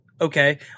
okay